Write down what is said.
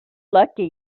lucky